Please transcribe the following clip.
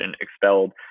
expelled